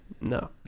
no